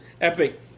epic